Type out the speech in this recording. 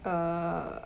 err